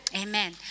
Amen